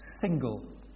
single